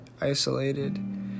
isolated